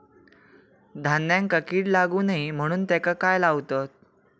धान्यांका कीड लागू नये म्हणून त्याका काय लावतत?